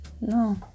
No